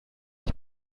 ich